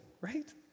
right